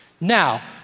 Now